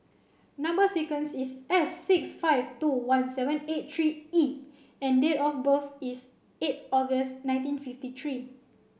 number sequence is S six five two one seven eight three E and date of birth is eight August nineteen fifty three